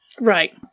Right